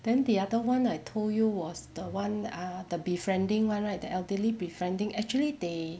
then the other [one] I told you was the [one] ah the befriending [one] right the elderly befriending actually they